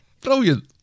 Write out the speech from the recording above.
brilliant